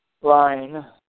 line